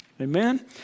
Amen